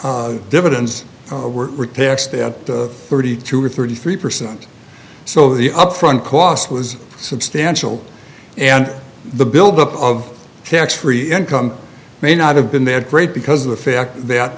were thirty two or thirty three percent so the upfront cost was substantial and the build up of tax free income may not have been there great because of the fact that